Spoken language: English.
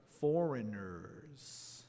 foreigners